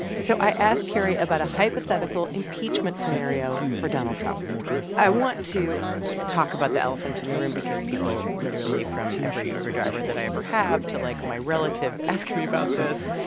so i asked carrie about a hypothetical impeachment scenario for donald trump i want to talk about the elephant in the room because people literally from every uber driver that i ever have to like my relatives ask me about this.